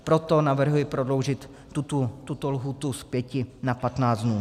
Proto navrhuji prodloužit tuto lhůtu z pěti na patnáct dnů.